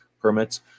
permits